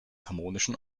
harmonischen